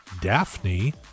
Daphne